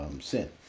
sin